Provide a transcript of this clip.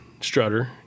Strutter